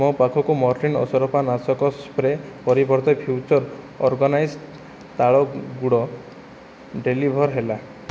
ମୋ ପାଖକୁ ମୋର୍ଟିନ ଅସରପା ନାଶକ ସ୍ପ୍ରେ ପରିବର୍ତ୍ତେ ଫ୍ୟୁଚର୍ ଅର୍ଗାନିକ୍ସ ତାଳ ଗୁଡ଼ ଡେଲିଭର୍ ହେଲା